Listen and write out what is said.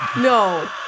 No